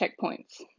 checkpoints